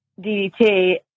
DDT